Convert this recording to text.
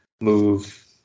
move